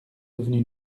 devenu